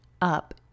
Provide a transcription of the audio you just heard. up